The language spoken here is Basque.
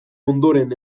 ondoren